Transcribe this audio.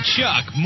Chuck